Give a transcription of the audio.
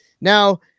Now